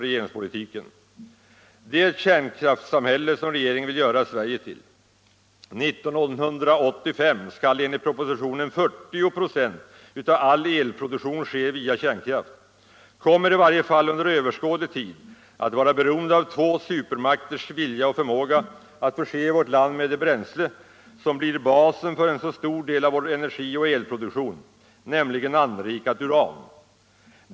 Det kärnkraftssamhälle som regeringen vill göra Sverige till — 1985 skall enligt propositionen 40 96 av all elproduktion ske via kärnkraft — kommer att i varje fall under överskådlig tid att vara beroende av två supermakters vilja och förmåga att förse vårt land med det bränsle som blir basen för så stor del av vår energiproduktion, nämligen anrikat uran.